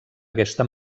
aquesta